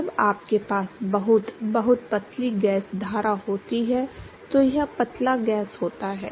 जब आपके पास बहुत बहुत पतली गैस धारा होती है तो यह पतला गैस होता है